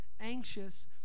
anxious